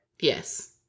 Yes